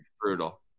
brutal